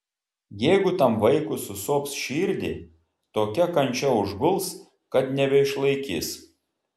jeigu tam vaikui susops širdį tokia kančia užguls kad nebeišlaikys